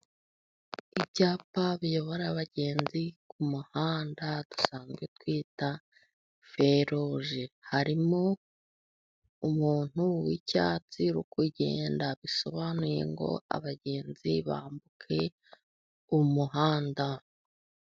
Ibyapa biyobora abagenzi ku muhanda , dusanzwe twita feruje. Harimo umuntu w'icyatsi uri kugenda bisobanuye ngo abagenzi bambuke umuhanda.